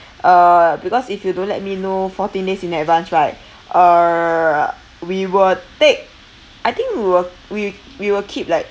uh because if you don't let me know fourteen days in advance right uh we will take I think we will we we will keep like